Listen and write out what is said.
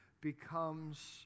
becomes